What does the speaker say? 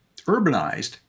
urbanized